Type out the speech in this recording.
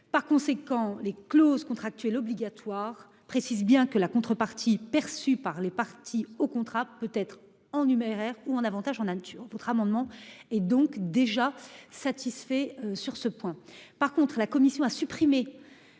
Par conséquent, les clauses contractuelles obligatoires précisent bien que la contrepartie perçue par les parties au contrat peut être en numéraire ou en avantage en nature. Cet amendement est donc déjà satisfait sur ce point. Par ailleurs, la commission a supprimé